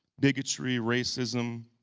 bigotry, racism.